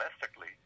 domestically